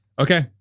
Okay